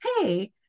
hey